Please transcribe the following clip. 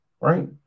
right